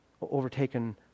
overtaken